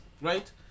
right